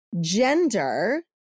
Gender